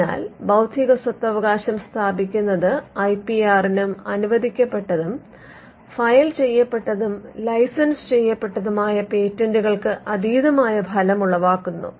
അതിനാൽ ബൌദ്ധിക സ്വത്തവകാശം സ്ഥാപിക്കുന്നത് ഐ പി ആറിനും അനുവദിക്കപ്പെട്ടതും ഫയൽ ചെയ്യപ്പെട്ടതും ലൈസൻസ് ചെയ്യപ്പെട്ടതുമായ പേറ്റന്റുകൾക്കും അതീതമായ ഫലമുളവാക്കുന്നു